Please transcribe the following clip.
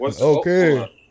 Okay